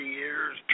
years